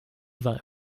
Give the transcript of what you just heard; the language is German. war